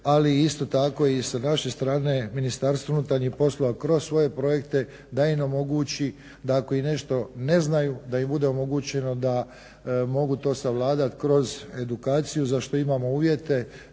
ali isto tako i sa naše strane Ministarstvo unutarnjih poslova kroz svoje projekte da im omogući da ako i nešto ne znaju da im bude omogućeno da mogu to savladati kroz edukaciju za što imamo uvjete,